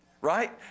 right